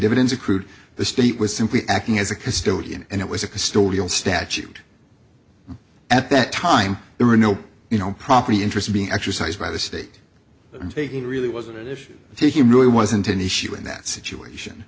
dividends accrued the state was simply acting as a custodian and it was a custodial statute at that time there were no you know property interest being exercised by the state and taking really was an addition to taking really wasn't an issue in that situation